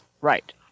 right